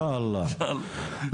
אינשאללה.